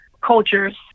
cultures